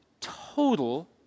total